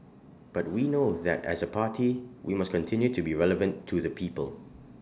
but we know that as A party we must continue to be relevant to the people